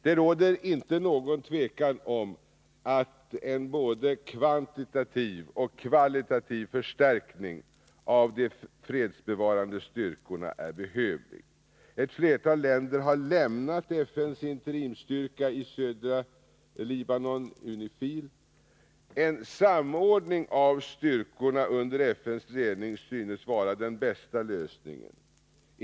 Det råder inte något tvivel om att en både kvantitativ och kvalitativ förstärkning av de fredsbevarande styrkorna är behövlig. Ett antal länder har lämnat FN:s interimsstyrka i södra Libanon . En samordning av styrkorna under FN:s ledning synes vara den bästa lösningen.